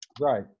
Right